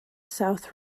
south